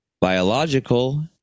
biological